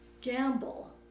gamble